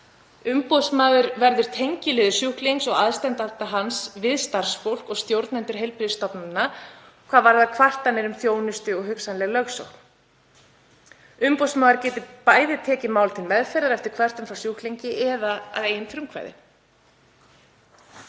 Umboðsmaður verður tengiliður sjúklings og aðstandenda hans við starfsfólk og stjórnendur heilbrigðisstofnana hvað varðar kvartanir um þjónustu og hugsanlega lögsókn. Umboðsmaður getur bæði tekið mál til meðferðar eftir kvörtun frá sjúklingi eða að eigin frumkvæði.